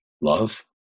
Love